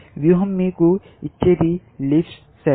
వ్యూహం మీకు ఇచ్చేది లీవ్స్ సెట్